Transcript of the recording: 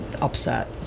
upset